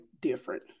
different